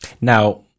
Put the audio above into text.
Now